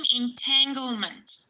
entanglement